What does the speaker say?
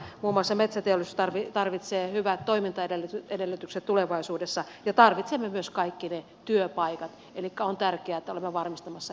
muun muassa metsäteollisuus tarvitsee hyvät toimintaedellytykset tulevaisuudessa ja tarvitsemme myös kaikki ne työpaikat elikkä on tärkeää että olemme varmistamassa energiaa tulevaisuudelle